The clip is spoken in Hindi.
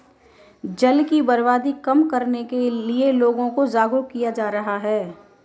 जल की बर्बादी कम करने के लिए लोगों को जागरुक किया जा रहा है